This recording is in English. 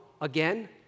again